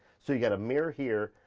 so you've got a mirror here,